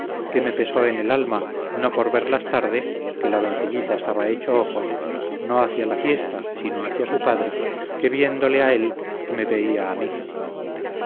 que me pesó en el alma no por verlas tarde que la doncellita estaba hecha ojos no hacia la fiesta sino hacia su padre que viéndole a él me veía a mí